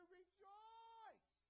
rejoice